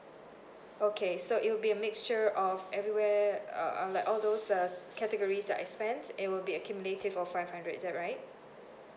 okay so it will be a mixture of everywhere uh um like all those uh categories the I spend it will be accumulative for five hundred is that right